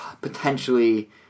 potentially